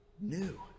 new